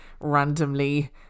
randomly